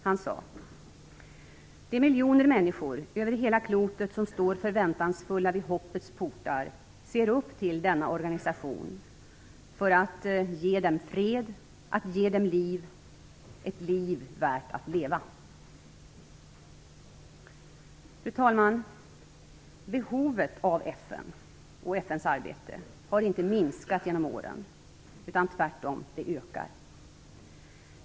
Han sade: De miljoner människor över hela klotet som står förväntansfulla vid hoppets portar ser upp till denna organisation för att den ger dem fred, ger dem liv - ett liv värt att leva. Fru talman! Behovet av FN och FN:s arbete har inte minskat genom åren. Det har tvärtom ökat.